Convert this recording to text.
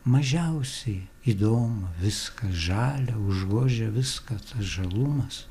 mažiausiai įdomu viskas žalia užgožia viską tas žalumas